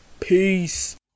Peace